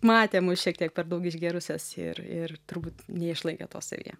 matė mus šiek tiek per daug išgėrusias ir ir turbūt neišlaikė to savyje